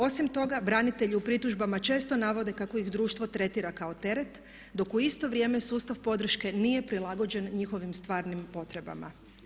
Osim toga, branitelji u pritužbama često navode kako ih društvo tretira kao teret dok u isto vrijeme sustav podrške nije prilagođen njihovim stvarnim potrebama.